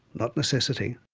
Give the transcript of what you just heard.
not necessity.